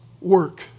work